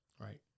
right